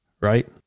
right